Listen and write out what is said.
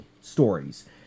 stories